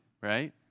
right